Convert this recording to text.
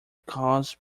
cause